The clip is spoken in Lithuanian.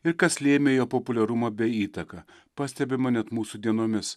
ir kas lėmė jo populiarumą bei įtaką pastebima net mūsų dienomis